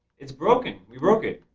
it's broken. we broke it.